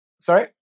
sorry